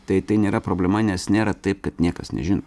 tai tai nėra problema nes nėra taip kad niekas nežino